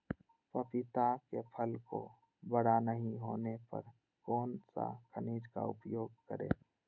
पपीता के फल को बड़ा नहीं होने पर कौन सा खनिज का उपयोग करें?